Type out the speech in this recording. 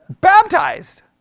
baptized